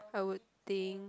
I would think